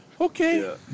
okay